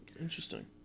Interesting